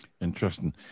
interesting